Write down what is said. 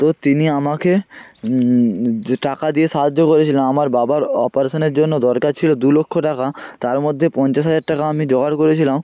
তো তিনি আমাকে যে টাকা দিয়ে সাহায্য করেছিলো আমার বাবার অপারেশানের জন্য দরকার ছিলো দু লক্ষ টাকা তার মধ্যে পঞ্চাশ হাজার টাকা আমি জোগাড় করেছিলাম